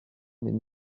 mais